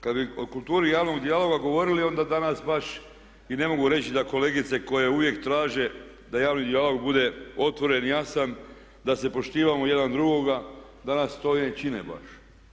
Kada bi o kulturi javnog dijaloga govorili onda danas baš i ne mogu reći da kolegice koje uvijek traže da javni dijalog bude otvoren i jasan, da se poštivamo jedan drugoga danas to i ne čine baš.